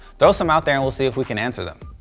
throw some out there and we'll see if we can answer them.